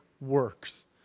works